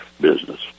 business